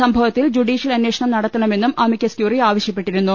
സംഭവത്തിൽ ജൂഡീഷ്യൽ അന്വേഷണം നട ത്തണമെന്നും അമിക്കസ് ക്യൂറി ആവശ്യപ്പെട്ടിരുന്നു